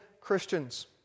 Christians